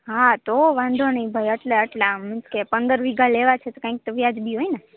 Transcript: હા તો વાંધો નહીં ભાઈ આટલા આટલા મૂકે પંદર વીઘા લેવા છે તો કાંઈક તો વ્યાજબી હોય ને